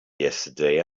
yesterday